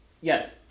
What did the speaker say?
yes